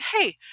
hey